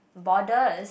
borders